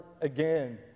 again